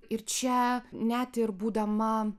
ir čia net ir būdama